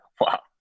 Wow